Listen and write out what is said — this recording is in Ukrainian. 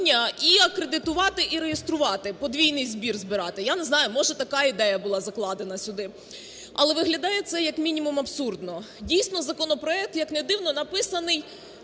і акредитувати, і реєструвати, подвійний збір збирати. Я не знаю, може така ідея була закладена сюди. Але виглядає це, як мінімум абсурдно. Дійсно, законопроект, як не дивно, написаний